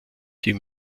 die